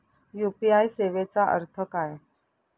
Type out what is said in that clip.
UPI सेवेचा अर्थ काय?